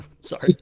Sorry